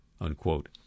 Unquote